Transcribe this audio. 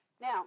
Now